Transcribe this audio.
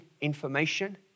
information